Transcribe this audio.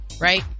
right